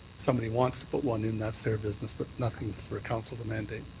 somebody wants to put one in, that's their business but nothing for council to mandate.